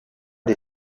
des